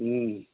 ம்